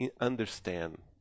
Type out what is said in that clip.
understand